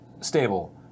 stable